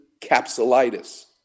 capsulitis